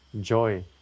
Joy